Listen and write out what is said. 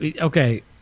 okay